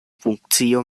funkcio